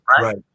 Right